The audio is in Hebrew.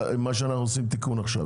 מה שאנחנו עושים תיקון עכשיו,